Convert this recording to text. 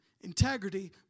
integrity